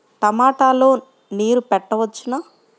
టమాట లో నీరు పెట్టవచ్చునా?